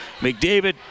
McDavid